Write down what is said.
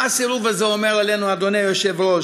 מה הסירוב הזה אומר עלינו, אדוני היושב-ראש?